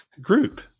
group